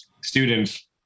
students